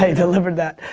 ah delivered that.